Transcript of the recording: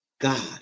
God